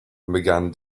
began